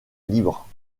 libre